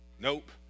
Nope